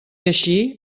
així